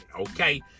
okay